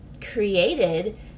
created